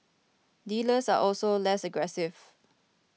dealers are also less aggressive